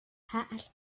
här